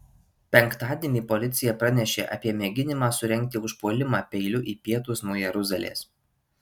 penktadienį policija pranešė apie mėginimą surengti užpuolimą peiliu į pietus nuo jeruzalės